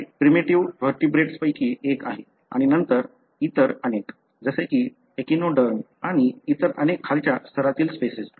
हे primitive vertebrates पैकी एक आहे आणि नंतर इतर अनेक जसे की एकिनोडर्म आणि इतर अनेक खालच्या स्थरातील स्पेसिस